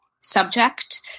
subject